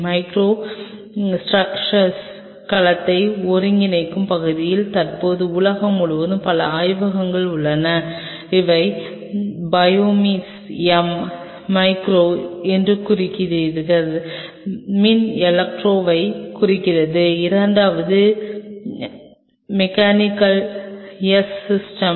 micro ஸ்ட்ரக்சர்களில் கலத்தை ஒருங்கிணைக்கும் பகுதியில் தற்போது உலகம் முழுவதும் பல ஆய்வகங்கள் உள்ளன அவை பயோமெம்ஸ் எம் மைக்ரோ என்று குறிக்கிறது மின் எலக்ட்ரோவை குறிக்கிறது இரண்டாவது எம் மெக்கானிக்கல் எஸ் சிஸ்டம்